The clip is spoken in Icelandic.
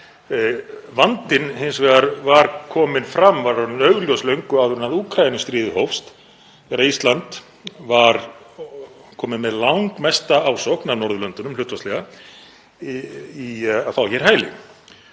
Vandinn var hins vegar kominn fram og var orðinn augljós löngu áður en að Úkraínustríðið hófst, þegar Ísland var komið með langmestu ásókn af Norðurlöndunum hlutfallslega í að fá hér hæli.